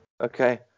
Okay